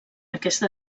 aquesta